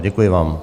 Děkuji vám.